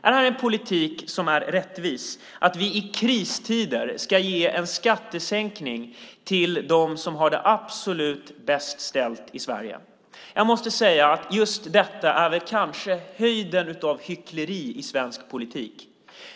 Är det en politik som är rättvis att vi i kristider ska ge en skattesänkning till dem som har det absolut bäst ställt i Sverige? Jag måste säga att just detta väl är höjden av hyckleri i svensk politik.